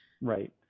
Right